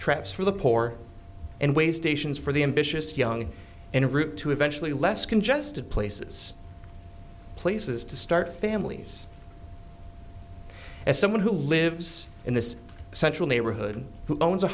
traps for the poor and way stations for the ambitious young in a route to eventually less congested places places to start families as someone who lives in this central neighborhood who owns a